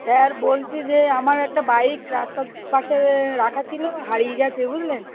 sir বলছি যে আমার একটা বাইক রাস্তার পাশে রাখা ছিলো হারিয়ে গেছে বুঝলেন